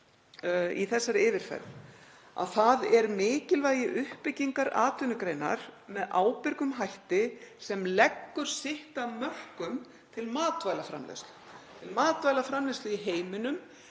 í þessari yfirferð og það er mikilvægi uppbyggingar atvinnugreinar með ábyrgum hætti sem leggur sitt af mörkum til matvælaframleiðslu í heiminum